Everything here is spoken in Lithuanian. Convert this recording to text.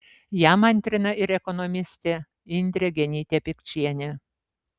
jam antrina ir ekonomistė indrė genytė pikčienė